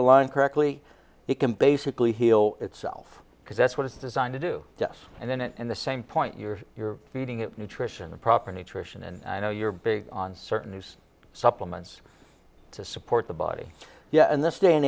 aligned correctly it can basically heal itself because that's what it's designed to do yes and then it and the same point you're you're getting nutrition the proper nutrition and i know you're big on certain these supplements to support the body yeah in this day and